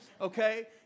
Okay